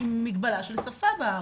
מגבלה של שפה בארץ,